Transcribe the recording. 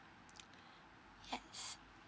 yes